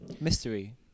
Mystery